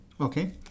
Okay